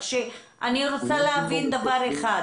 אני רק רוצה להבין דבר אחד.